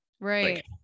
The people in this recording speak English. Right